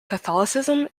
catholicism